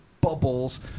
bubbles